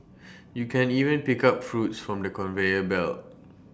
you can even pick up fruits from the conveyor belt